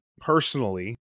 personally